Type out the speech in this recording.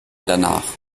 danach